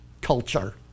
culture